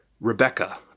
Rebecca